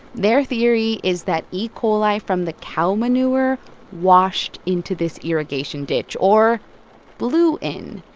their theory is that e. coli from the cow manure washed into this irrigation ditch or blew in.